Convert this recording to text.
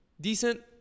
decent